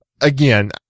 again